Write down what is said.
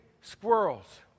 squirrels